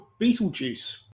Beetlejuice